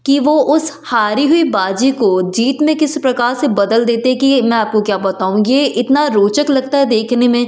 कि वो उस हारी हुई बाजी को जीत में किस प्रकार से बदल देते कि मैं आपको क्या बताऊँ ये इतना रोचक लगता है देखने में